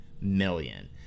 million